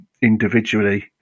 individually